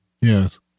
yes